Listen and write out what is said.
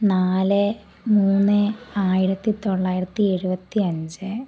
നാല് മൂന്ന് ആയിരത്തിത്തൊള്ളായിരത്തി എഴുപത്തി അഞ്ച്